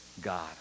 God